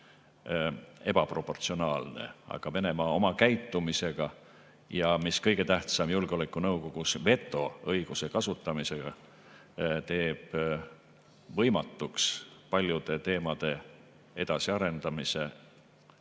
ebaproportsionaalne. Aga Venemaa oma käitumisega, ja mis kõige tähtsam, julgeolekunõukogus vetoõiguse kasutamisega teeb võimatuks paljude teemade edasiarendamise,